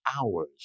hours